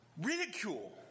ridicule